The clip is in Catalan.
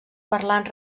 parlant